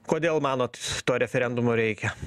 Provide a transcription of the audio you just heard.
kodėl manot to referendumo reikia